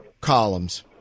columns